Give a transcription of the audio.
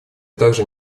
также